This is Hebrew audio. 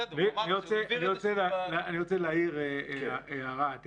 אני רוצה להעיר הערה.